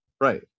Right